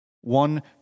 One